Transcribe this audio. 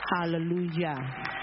Hallelujah